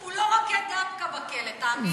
הוא לא רוקד דבקה בכלא, תאמין לי.